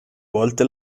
volte